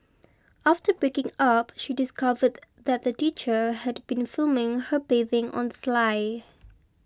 after breaking up she discovered that the teacher had been filming her bathing on sly